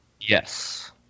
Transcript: Yes